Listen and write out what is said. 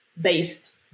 based